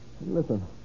Listen